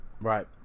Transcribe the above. Right